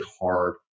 hard